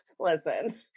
listen